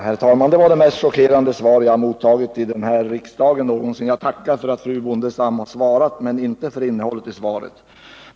Herr talman! Det var det mest chockerande svar jag någonsin mottagit här i riksdagen! Jag tackar för att fru Bondestam har svarat på min fråga, men jag tackar inte för innehållet i svaret.